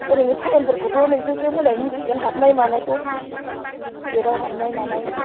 ओरैनो थाइमफोरखौथ' नोंसोरसो मोजाङै मिथिगोन हाबनाय मानायखौ गेटआव हाबनाय मानाय